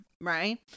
Right